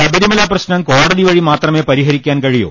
ശബരിമല പ്രശ്നം കോടതി വഴി മാത്രമേ പരിഹരി ട ക്കാൻ കഴിയൂ